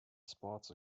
sports